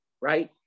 right